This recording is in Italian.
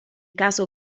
caso